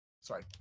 Sorry